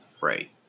right